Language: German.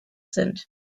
sind